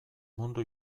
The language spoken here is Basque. mundu